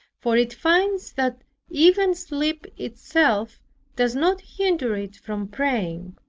for it finds that even sleep itself does not hinder it from praying.